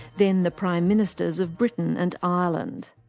then the prime ministers of britain and ireland.